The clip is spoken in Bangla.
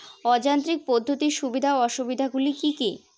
অযান্ত্রিক পদ্ধতির সুবিধা ও অসুবিধা গুলি কি কি?